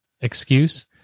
excuse